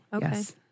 Yes